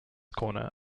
corner